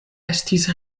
estis